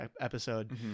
episode